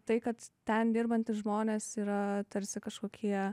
tai kad ten dirbantys žmonės yra tarsi kažkokie